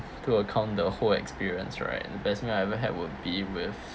into account the whole experience right the best meal I've ever had would be with